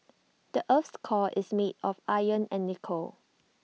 the Earth's core is made of iron and nickel